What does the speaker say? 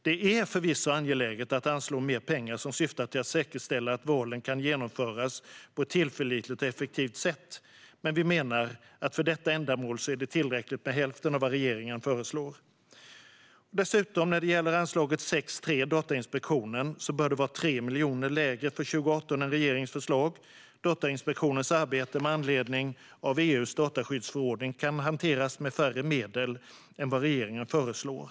Det är förvisso angeläget att anslå mer pengar som syftar till att säkerställa att valen kan genomföras på ett tillförlitligt och effektivt sätt, men vi menar att för detta ändamål är det tillräckligt med hälften av vad regeringen föreslår. När det gäller anslaget 6:3 Datainspektionen bör det vara 3 miljoner lägre för 2018 än regeringens förslag. Datainspektionens arbete med anledning av EU:s dataskyddsförordning kan hanteras med färre medel än vad regeringen föreslår.